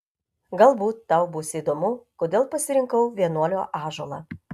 galbūt tau bus įdomu kodėl pasirinkau vienuolio ąžuolą